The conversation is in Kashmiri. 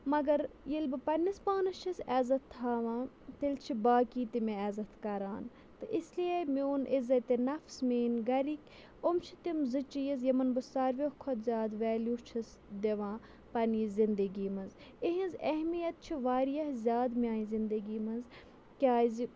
مگر ییٚلہِ بہٕ پَننِس پانَس چھس عزت تھاوان تیٚلہِ چھِ باقی تہِ مےٚ عزت کَران تہٕ اِس لیے میون عزتِ نفسہٕ میٛٲنۍ گَرِکۍ یِم چھِ تِم زٕ چیٖز یِمَن بہٕ ساروِیو کھۄتہٕ زیادٕ ویلیوٗ چھس دِوان پَنٛنی زِندگی منٛز یِہِنٛز اہمیت چھِ واریاہ زیادٕ میٛانہِ زِندگی منٛز کیٛازِ